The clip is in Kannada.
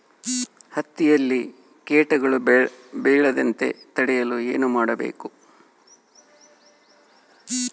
ಹತ್ತಿಯಲ್ಲಿ ಕೇಟಗಳು ಬೇಳದಂತೆ ತಡೆಯಲು ಏನು ಮಾಡಬೇಕು?